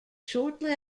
shortly